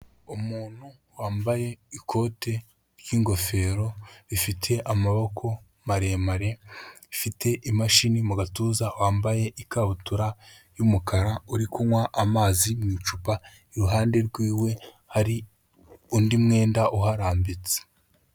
Umuntu wambaye ikote ry'ingofero, rifite amaboko maremare, rifite imashini mu gatuza wambaye ikabutura y'umukara uri kunywa amazi mu icupa, iruhande rwe hari undi mwenda uharambitse.